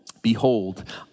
Behold